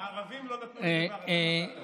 לא, הערבים לא נתנו לי דבר, אתה נתת.